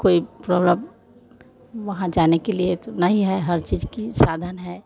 कोई प्रोब्लम वहाँ जाने के लिए नहीं है हर चीज़ का साधन है